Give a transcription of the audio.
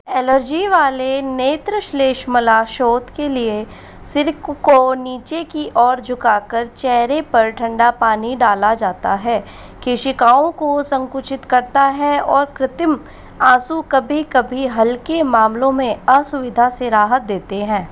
allergy वाले नेत्रश्लेष्मलाशोथ के लिए सिर को नीचे की ओर झुका कर चेहरे पर ठंडा पानी डाला जाता है कोशिकाओं को संकुचित करते हैं और कृतिम आँसू कभी कभी हल्के मामलों में असुविधा से राहत देते हैं